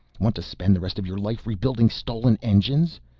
want to spend the rest of your life rebuilding stolen engines?